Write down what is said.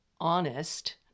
honest